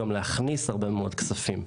גם להכניס הרבה מאוד כספים.